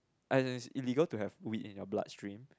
as in it's illegal to have weed in your bloodstream